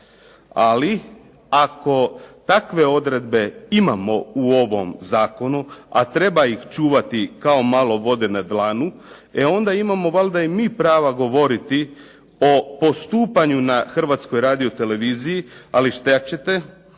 Ali ako takve odredbe imamo u ovom zakonu, a treba ih čuvati kao malo vode na dlanu, e onda imamo i mi prava govoriti o postupanju na Hrvatskoj radio-televiziji. Ali što ćete